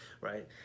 right